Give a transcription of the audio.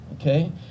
okay